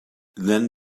then